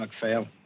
McPhail